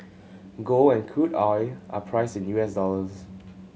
gold and crude oil are priced in U S dollars